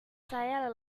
saya